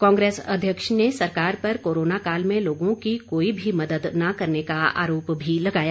कांग्रेस अध्यक्ष ने सरकार पर कोरोना काल में लोगों की कोई भी मदद न करने का आरोप भी लगाया